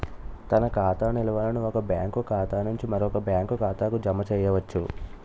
తన ఖాతా నిల్వలను ఒక బ్యాంకు ఖాతా నుంచి మరో బ్యాంక్ ఖాతాకు జమ చేయవచ్చు